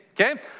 okay